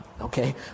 Okay